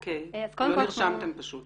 אוקיי, לא נרשמתם פשוט.